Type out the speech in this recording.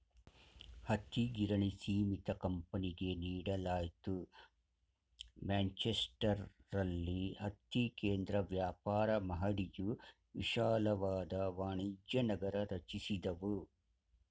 ಹತ್ತಿಗಿರಣಿ ಸೀಮಿತ ಕಂಪನಿಗೆ ನೀಡಲಾಯ್ತು ಮ್ಯಾಂಚೆಸ್ಟರಲ್ಲಿ ಹತ್ತಿ ಕೇಂದ್ರ ವ್ಯಾಪಾರ ಮಹಡಿಯು ವಿಶಾಲವಾದ ವಾಣಿಜ್ಯನಗರ ರಚಿಸಿದವು